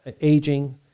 aging